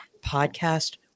podcast